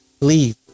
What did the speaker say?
leave